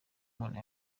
umuntu